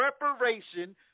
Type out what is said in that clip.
preparation